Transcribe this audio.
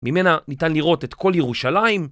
ממנה ניתן לראות את כל ירושלים